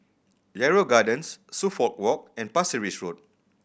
Yarrow Gardens Suffolk Walk and Pasir Ris Road